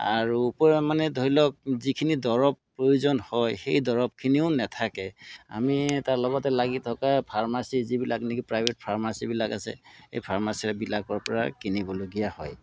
আৰু উপৰিও মানে ধৰি লওক যিখিনি দৰৱ প্ৰয়োজন হয় সেই দৰৱখিনিও নেথাকে আমি এই তাৰ লগতে লাগি থকা ফাৰ্মাচী যিবিলাক নেকি প্ৰাইভেট ফাৰ্মাচিবিলাক আছে এই ফাৰ্মাচীবিলাকৰ পৰা কিনিবলগীয়া হয়